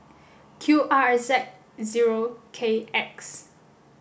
Q R Z zero K X